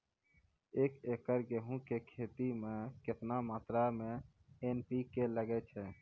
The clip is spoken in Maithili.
एक एकरऽ गेहूँ के खेती मे केतना मात्रा मे एन.पी.के लगे छै?